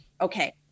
Okay